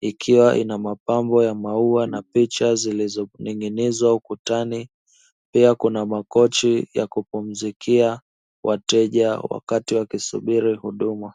ikiwa ina mapambo ya maua na picha zilizoning'inizwa ukutani. Pia kuna makochi ya kupumzikia wateja wakati wakisubiri huduma.